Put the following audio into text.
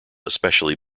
especially